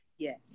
Yes